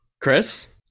Chris